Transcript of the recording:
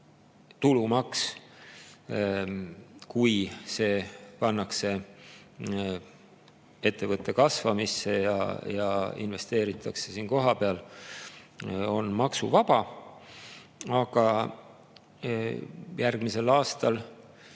tulu, kui see pannakse ettevõtte kasvamisse ja investeeritakse siin kohapeal, on maksuvaba. Aga järgmisel aastal,